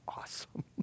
awesome